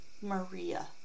Maria